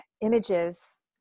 images